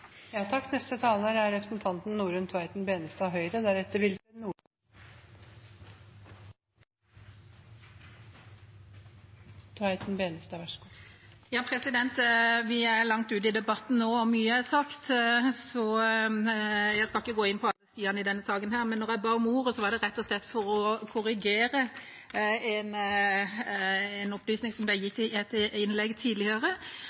Vi er langt ute i debatten nå, og mye er sagt, så jeg skal ikke gå inn på alle sidene ved denne saken. Da jeg ba om ordet, var det rett og slett for å korrigere en opplysning som ble gitt i et tidligere